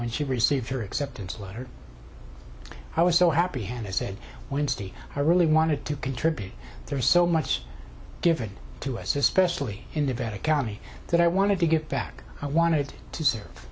when she received her acceptance letter i was so happy and i said wednesday i really wanted to contribute there's so much given to us especially in the vet economy that i wanted to get back i wanted to serve